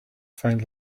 find